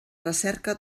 recerca